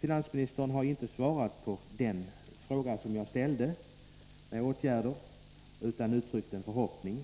Finansministern har inte svarat på den fråga som jag ställde genom att vidta åtgärder, utan han har uttryckt en förhoppning.